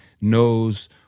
knows